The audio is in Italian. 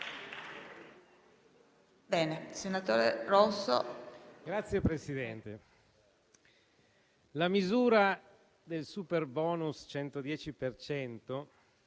la misura del superbonus 110